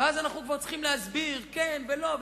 ואז אנחנו כבר צריכים להסביר כן ולא,